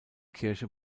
kirche